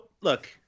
look